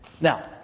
Now